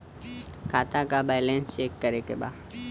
खाता का balance check करे के बा?